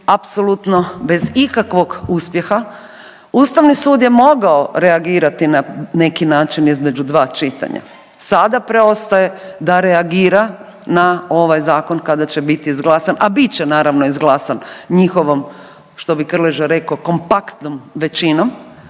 apsolutno bez ikakvog uspjeha. Ustavni sud je mogao reagirati na neki način između dva čitanja. Sada preostaje da reagira na ovaj zakon kada će biti izglasan, a bit će naravno izglasan njihovom što bi Krleža rekao kompaktnom većinom.